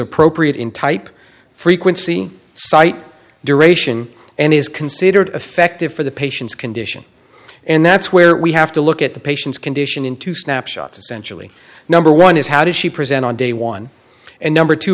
appropriate in type frequency sight duration and is considered effective for the patient's condition and that's where we have to look at the patient's condition in two snapshots essentially number one is how did she present on day one and number two